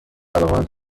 علاقمند